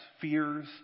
fears